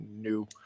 new